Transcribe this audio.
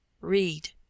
Read